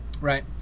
right